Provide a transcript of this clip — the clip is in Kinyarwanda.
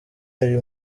ari